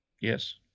Yes